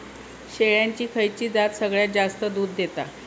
शेळ्यांची खयची जात सगळ्यात जास्त दूध देता?